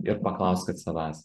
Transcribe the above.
ir paklauskit savęs